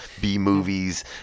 B-movies